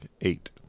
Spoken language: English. Eight